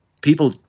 People